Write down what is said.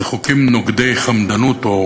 זה חוקים נוגדי חמדנות, או